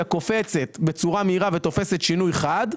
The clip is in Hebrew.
קופצת בצורה מהירה ותופסת שינוי חד,